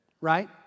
Right